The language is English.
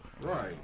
Right